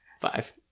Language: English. five